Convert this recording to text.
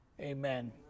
Amen